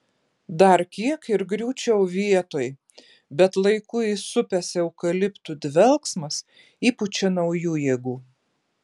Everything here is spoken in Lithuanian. dar kiek ir griūčiau vietoj bet laiku įsupęs eukaliptų dvelksmas įpučia naujų jėgų